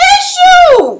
issue